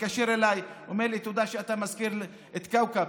התקשר אליי, אמר לי: תודה שאתה מזכיר את כאוכב,